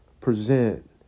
present